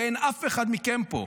ואין אף אחד מכם פה.